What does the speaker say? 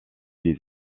des